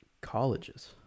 colleges